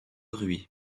rhuys